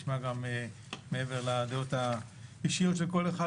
מעבר לדעות האישיות של כל אחד,